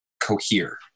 cohere